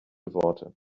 worte